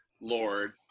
lord